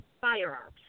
firearms